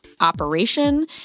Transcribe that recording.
operation